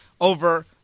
over –